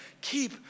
Keep